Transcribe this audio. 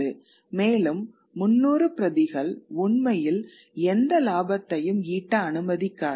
மேலும் 300 பிரதிகள் உண்மையில் எந்த லாபத்தையும் ஈட்ட அனுமதிக்காது